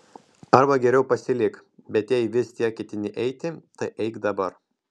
arba geriau pasilik bet jei vis tiek ketini eiti tai eik dabar